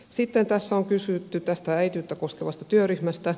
sitten tässä on kysytty äitiyttä koskevasta työryhmästä